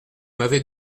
m’avez